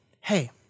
hey